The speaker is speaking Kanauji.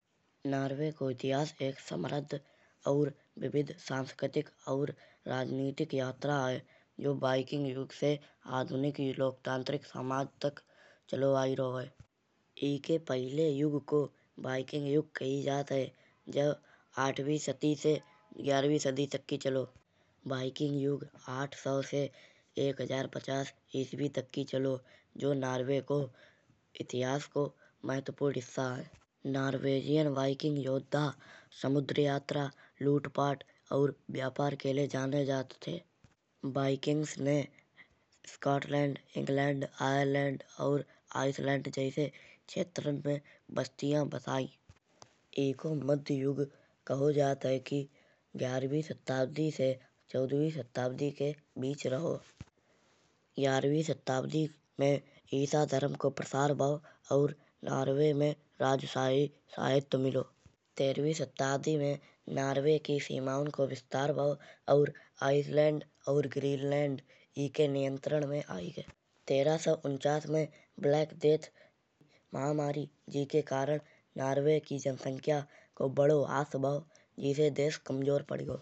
नार्वे को इतिहास एक समृद्ध और विविध सांस्कृतिक और राजनीतिक यात्रा है। यो वीहाइकिंग युग से आधुनिक लोकतांत्रिक समाज तक चलो आई रहो है। ईके पहिले युग को वीहाइकिंग युग कही जात है। यो आठवी सदी से बारहवीं सदी तक की चलो। वहिकिंग युग आठ सौ से एक हजार पचास इस्वी तक की चलो। जो नार्वे को इतिहास को महत्वपूर्ण हिस्सा है। नार्वेजियन वहिकिंग योद्धा समुद्र यात्रा लूट पाट और व्यापार के लाए जाने जात हेत। वहिकिंग्स में स्कॉटलैंड इंग्लैंड आयरलैंड और आइसलैंड जैसे क्षेत्रों मा बस्तियाँ बसाई। ईको मध्य युग कहो जात है कि ग्यारहवीं सदी से चौदहवीं सदी के बीच रहो। ग्यारहवीं सदी में ईसा धर्म को प्रचार भाओ। और नार्वे में राजशाही सहित्वा मिलो। तेहरावी सदी में नार्वे की सीमाओं को विस्तार भाओ। और आइसलैंड और ग्रीनलैंड ईके नियंत्रण मा आई गए। तेरह सौ उन्चास में ब्लैकडेथ महामारी जेके कारण नार्वे की जनसंख्या को बड़ा हांस भाओ। जेसे देश कमजोर पड़ी गाओ।